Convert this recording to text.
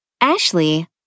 Ashley